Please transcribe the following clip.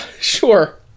sure